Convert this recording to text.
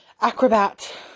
acrobat